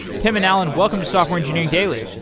tim and allan, welcome to software engineering daily.